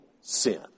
sin